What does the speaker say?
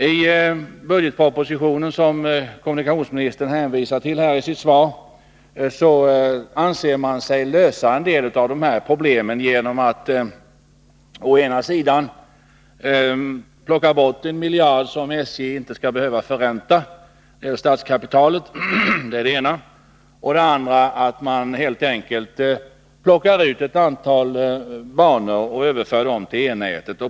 I budgetpropositionen, som kommunikationsministern i sitt svar hänvisar till, anser man sig lösa en del av de här problemen genom att dels plocka bort 1 miljard som SJ inte skall behöva förränta när det gäller statskapitalet, dels överföra ett antal banor till E-nätet.